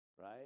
right